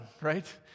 right